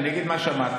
אני אגיד מה שמעתי.